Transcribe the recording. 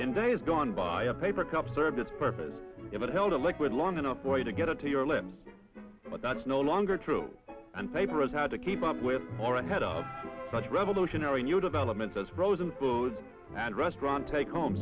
in days gone by a paper cup served its purpose if it held a liquid long enough for you to get it to your lips but that's no longer true and paper is hard to keep up with more ahead of such revolutionary new developments as frozen foods and restaurant take home